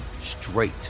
straight